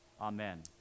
Amen